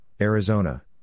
Arizona